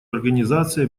организации